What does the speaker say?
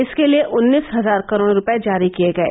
इसके लिए उन्नीस हजार करोड़ रुपये जारी किये गये